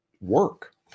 work